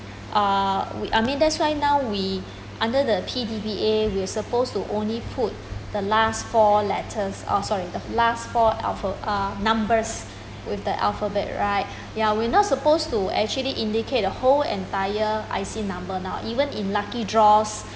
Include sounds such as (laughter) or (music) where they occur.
(breath) uh we uh I mean that's why now we (breath) under the P_D_P_A we are supposed to only put the last four letters orh sorry the last four alpha uh numbers (breath) with the alphabet right (breath) ya we are not supposed to actually indicate the whole entire I_C number now even in lucky draws